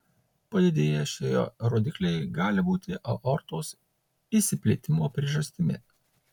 padidėję šie rodikliai gali būti aortos išsiplėtimo priežastimi